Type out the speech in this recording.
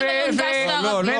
עליו את האג'נדה.